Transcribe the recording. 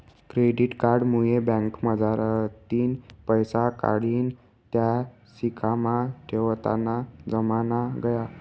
credit card मुये बँकमझारतीन पैसा काढीन त्या खिसामा ठेवताना जमाना गया